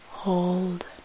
hold